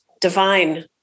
divine